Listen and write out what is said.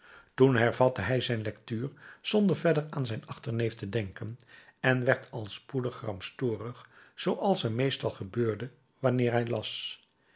toen hervatte hij zijn lectuur zonder verder aan zijn achterneef te denken en werd al spoedig gramstorig zooals hem meestal gebeurde wanneer hij las